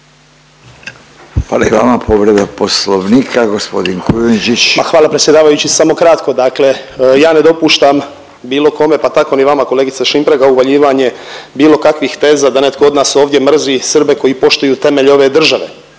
Hvala i vama. Povreda Poslovnika gospodin Kujundžić. **Kujundžić, Ante (MOST)** Ma hvala predsjedavajući samo kratko, dakle ja ne dopuštam bilo kome pa tako ni vama kolegice Šimpraga uvaljivanje bilo kakvih teza da netko od nas mrzi Srbe koji poštuju temelje ove države.